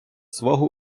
свого